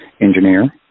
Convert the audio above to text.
engineer